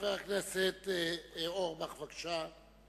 חבר הכנסת אורבך, בבקשה.